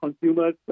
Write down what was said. consumers